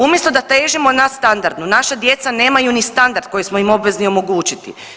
Umjesto da težimo nadstandardu naša djeca nemaju ni standard koji smo im obvezni omogućiti.